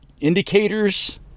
indicators